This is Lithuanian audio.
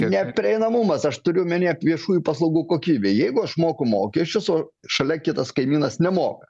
neprieinamumas aš turiu omeny viešųjų paslaugų kokybę jeigu aš moku mokesčius o šalia kitas kaimynas nemoka